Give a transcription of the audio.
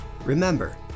Remember